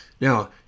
Now